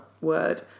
word